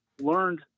learned